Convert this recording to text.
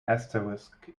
asterisk